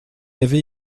avait